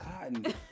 cotton